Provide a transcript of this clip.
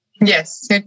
Yes